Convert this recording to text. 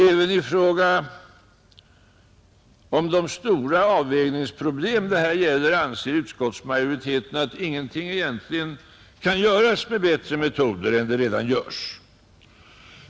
Även i fråga om de stora avvägningsproblem det här gäller anser utskottsmajoriteten att ingenting egentligen kan göras med bättre metoder än det redan görs.